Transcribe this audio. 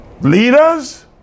Leaders